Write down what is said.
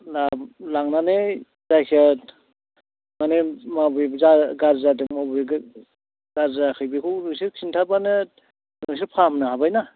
लांनानै जायखिजाया माने बबे गाज्रि जादों बबे गाज्रि जायाखै बेखौ नोंसोर खिन्थाबानो नोंसोर फाहामनो हाबायना